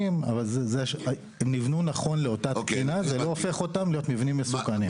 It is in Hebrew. וזה לא הופך אותם להיות מבנים מסוכנים.